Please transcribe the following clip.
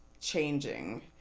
changing